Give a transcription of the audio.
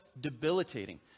debilitating